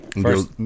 First